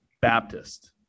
Baptist